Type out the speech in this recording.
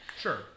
Sure